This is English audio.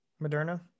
Moderna